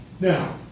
Now